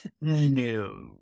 no